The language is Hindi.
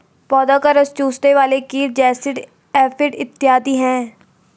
पौधों का रस चूसने वाले कीट जैसिड, एफिड इत्यादि हैं